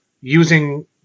using –